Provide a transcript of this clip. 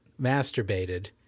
masturbated